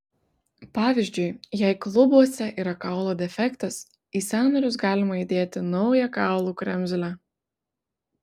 pavyzdžiui jei klubuose yra kaulo defektas į sąnarius galima įdėti naują kaulų kremzlę